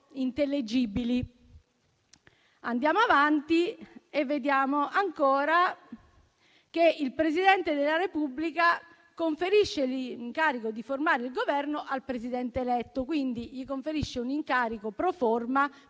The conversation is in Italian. intellegibili. Andiamo avanti e vediamo ancora che il Presidente della Repubblica conferisce l'incarico di formare il Governo al Presidente eletto e, quindi, un incarico *pro forma*,